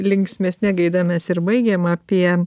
linksmesne gaida mes ir baigėm apie